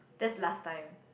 that's last time